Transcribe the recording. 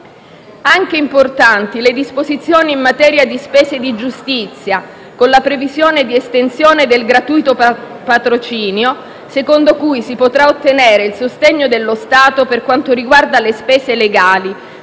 Sono importanti anche le disposizioni in materia di spese di giustizia, con la previsione di estensione del gratuito patrocinio, secondo cui si potrà ottenere il sostegno dello Stato per quanto riguarda le spese legali,